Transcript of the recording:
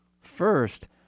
First